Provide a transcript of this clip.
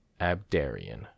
abdarian